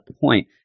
point